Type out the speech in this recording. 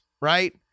right